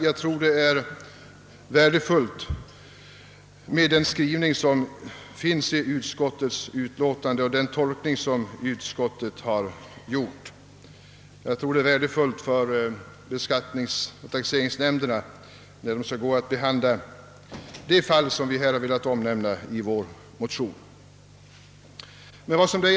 Jag tror det är värdefullt med denna skrivning i utskottets utlåtande och med den tolkning som utskottet har gjort. Beskattningsnämnderna bör kunna ha god vägledning härav när de skall behandla de fall vi tagit upp i motionerna.